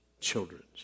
children's